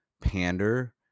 pander